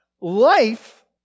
life